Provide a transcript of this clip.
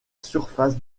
surface